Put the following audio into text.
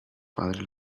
padres